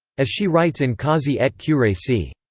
as she writes in causae et curae c.